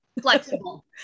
flexible